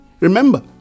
Remember